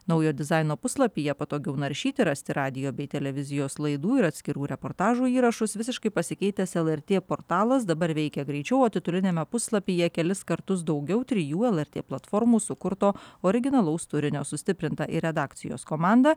naujo dizaino puslapyje patogiau naršyti rasti radijo bei televizijos laidų ir atskirų reportažų įrašus visiškai pasikeitęs lrt portalas dabar veikia greičiau o tituliniame puslapyje kelis kartus daugiau trijų lrt platformų sukurto originalaus turinio sustiprinta ir redakcijos komanda